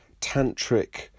tantric